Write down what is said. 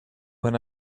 when